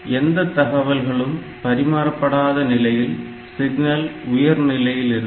எந்த தகவல்களும் பரிமாறப்படாத நிலையில் சிக்னல் உயர் நிலையில் இருக்கும்